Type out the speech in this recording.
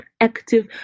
active